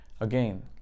again